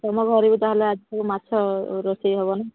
ତୁମ ଘରେ ବି ତା'ହେଲେ ଆଜି ମାଛ ରୋଷେଇ ହବ ନା